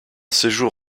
séjour